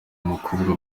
mukobwa